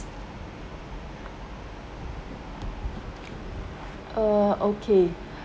err okay